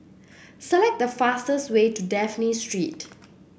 select the fastest way to Dafne Street